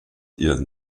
ihren